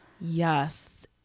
Yes